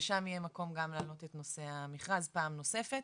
ושם יהיה מקום גם להעלות את נושא המכרז פעם נוספת,